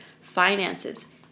finances